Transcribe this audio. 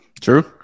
true